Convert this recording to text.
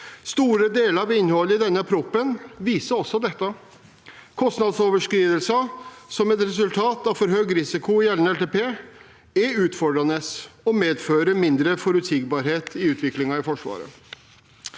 Store deler av innholdet i denne proposisjonen viser også dette. Kostnadsoverskridelser som et resultat av for høy risiko i gjeldende langtidsplan er utfordrende og medfører mindre forutsigbarhet i utviklingen i Forsvaret.